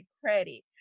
credit